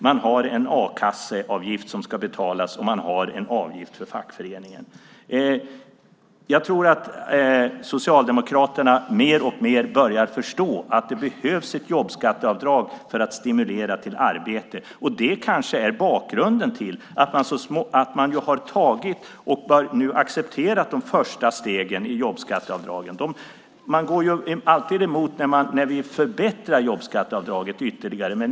Man har en a-kasseavgift som ska betalas och man har en avgift för fackföreningen. Jag tror att Socialdemokraterna mer och mer börjar förstå att det behövs ett jobbskatteavdrag för att stimulera till arbete. Det kanske är bakgrunden till att man har tagit och nu accepterat de första stegen i jobbskatteavdragen. Man går ju alltid emot när vi förbättrar jobbskatteavdraget ytterligare.